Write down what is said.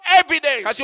evidence